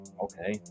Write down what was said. Okay